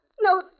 No